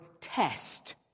test